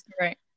Right